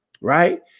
right